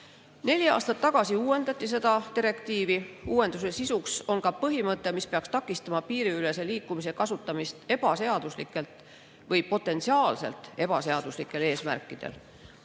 Neli aastat tagasi uuendati seda direktiivi. Uuenduse sisu on ka põhimõte, mis peaks takistama piiriülese liikumise kasutamist ebaseaduslikel või potentsiaalselt ebaseaduslikel